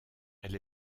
elle